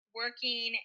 working